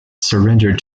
surrendered